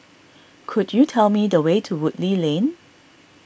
could you tell me the way to Woodleigh Lane